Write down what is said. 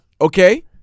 Okay